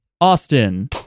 Austin